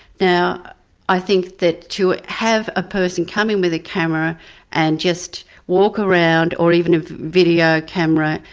now i think that to have a person come in with a camera and just walk around or even a video camera,